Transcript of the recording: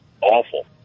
awful